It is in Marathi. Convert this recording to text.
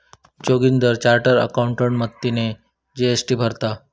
जोगिंदर चार्टर्ड अकाउंटेंट मदतीने जी.एस.टी भरता